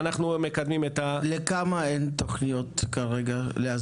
ואנחנו מקדמים את ה- -- לכמה אין תוכניות להסדרה כרגע?